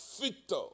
victor